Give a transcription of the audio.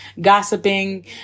gossiping